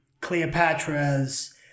Cleopatra's